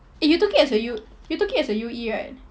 eh you took it as a U~ you took it as a U_E right